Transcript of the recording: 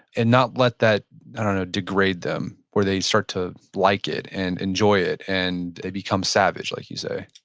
and not let that degrade them, where they start to like it and enjoy it, and they become savage, like you say?